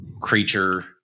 creature